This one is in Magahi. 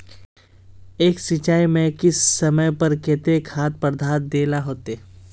एक सिंचाई में किस समय पर केते खाद पदार्थ दे ला होते?